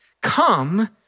come